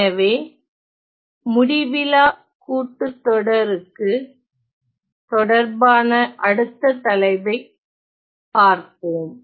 எனவே முடிவிலா கூட்டுத்தொடர் க்கு தொடர்பான அடுத்த தலைப்பை காண்போம்